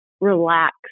relax